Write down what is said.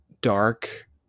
dark